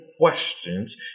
questions